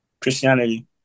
Christianity